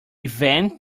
vent